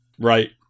Right